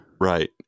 Right